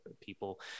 people